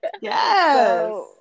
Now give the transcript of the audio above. Yes